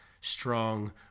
strong